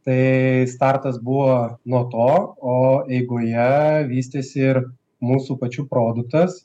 tai startas buvo nuo to o eigoje vystėsi ir mūsų pačių produktas